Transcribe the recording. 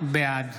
בעד